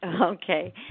Okay